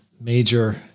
major